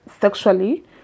sexually